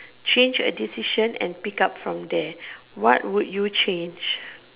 change a decision and pick up from there what would you change